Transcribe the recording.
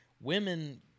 women